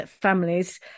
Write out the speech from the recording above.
families